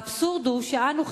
האבסורד הוא שאנו,